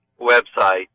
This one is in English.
website